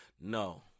No